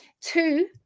two